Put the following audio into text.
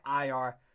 IR